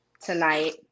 tonight